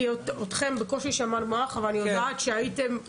אתכם בקושי שמענו אבל אני יודעת שכן הייתם באירוע,